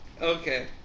Okay